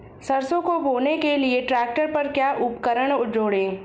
सरसों को बोने के लिये ट्रैक्टर पर क्या उपकरण जोड़ें?